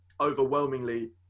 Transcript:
overwhelmingly